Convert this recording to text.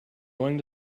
going